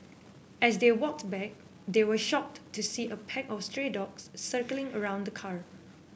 as they walked back they were shocked to see a pack of stray dogs circling around the car